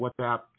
WhatsApp